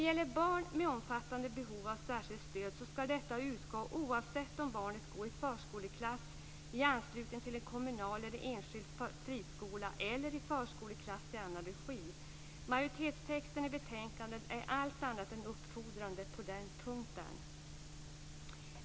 För barn med omfattande behov av särskilt stöd skall detta stöd utgå oavsett om barnet går i förskoleklass, i anslutning till en kommunal eller enskild friskola eller i förskoleklass i annan regi. Majoritetstexten i betänkandet är allt annat än uppfordrande på den punkten.